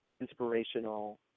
inspirational